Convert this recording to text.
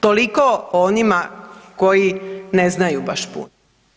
Toliko o onima koji ne znaju baš puno.